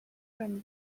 from